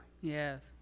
Yes